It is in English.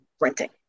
renting